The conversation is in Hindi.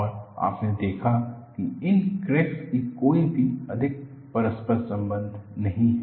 और आपने देखा कि इन क्रैक्स की कोई भी अधिक परस्पर संबंध नहीं है